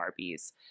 Barbies